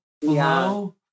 hello